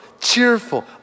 cheerful